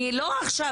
אני לא עכשיו,